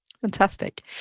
Fantastic